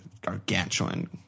gargantuan